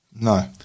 no